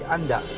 Anda